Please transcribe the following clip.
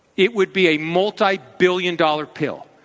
it would be a multibillion dollar pill.